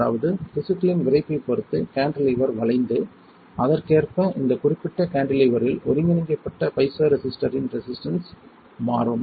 அதாவது திசுக்களின் விறைப்பைப் பொறுத்து கான்டிலீவர் வளைந்து அதற்கேற்ப இந்த குறிப்பிட்ட கான்டிலீவரில் ஒருங்கிணைக்கப்பட்ட பைசோரெசிஸ்டரின் ரெசிஸ்டன்ஸ் மாறும்